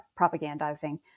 propagandizing